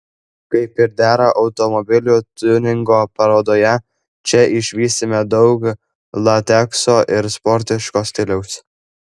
kaip ir dera automobilių tiuningo parodoje čia išvysime daug latekso ir sportiško stiliaus